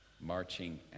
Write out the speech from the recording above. marching